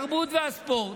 התרבות והספורט,